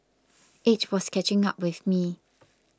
age was catching up with me